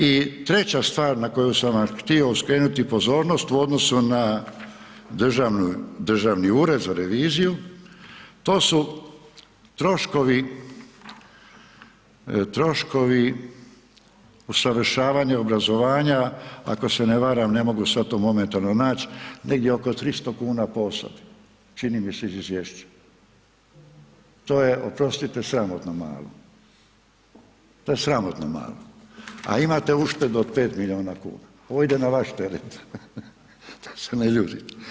I treća stvar na koju sam vam htio skrenuti pozornost, u odnosu na Državni ured za reviziju, to su troškovi usavršavanja, obrazovanja, ako se ne varam, ne mogu sada to momentalno, naći, negdje oko 300 kn po osobi, čini mi se po izvješću, to je oprostite, sramotno malo, to je sramotno malo, a imate uštedu od 5 milijuna kuna, to ide na vaš teret da se ne ljutite.